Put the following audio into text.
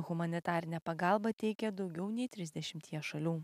humanitarinę pagalbą teikia daugiau nei trisdešimtyje šalių